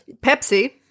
pepsi